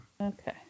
Okay